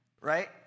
right